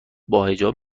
باحجاب